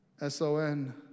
S-O-N